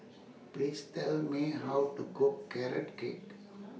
Please Tell Me How to Cook Carrot Cake